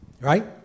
Right